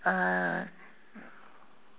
uh